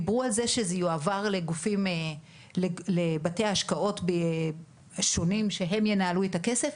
דיברו על זה שזה יועבר לבתי השקעות שונים שהם ינהלו את הכסף,